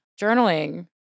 Journaling